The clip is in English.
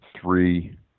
three